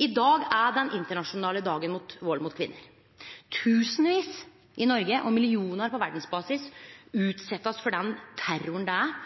I dag er den internasjonale dagen mot vald mot kvinner. Tusenvis i Noreg og millionar på verdsbasis blir utsette for den terroren det er